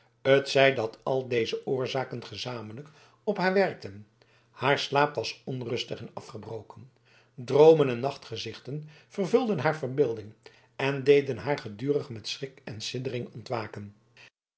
t zij dat al deze oorzaken gezamenlijk op haar werkten haar slaap was onrustig en afgebroken droomen en nachtgezichten vervulden haar verbeelding en deden haar gedurig met schrik en siddering ontwaken